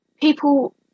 People